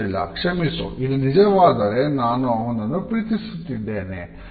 ಕ್ಷಮಿಸು ಇದು ನಿಜವಾದರೆ ನಾನು ಅವನನ್ನು ಪ್ರೀತಿಸುತ್ತಿದ್ದೇನೆ